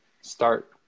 Start